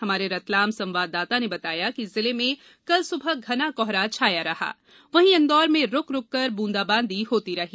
हमारे रतलाम संवाददाता ने बताया कि जिले में कल सुबह घना कोहरा छाया रहा वहीं इंदौर में रुक रुककर बूंदाबांदी होती रही